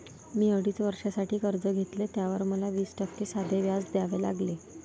मी अडीच वर्षांसाठी कर्ज घेतले, त्यावर मला वीस टक्के साधे व्याज द्यावे लागले